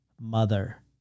mother